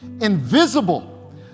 invisible